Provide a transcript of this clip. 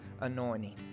anointing